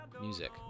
music